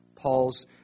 Paul's